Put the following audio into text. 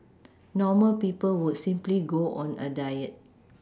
normal people would simply go on a diet